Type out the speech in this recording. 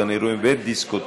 גני אירועים ודיסקוטקים).